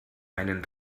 einen